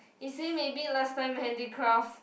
is he maybe last time handicraft